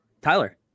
tyler